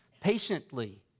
patiently